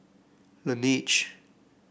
Laneige